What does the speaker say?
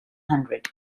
hundred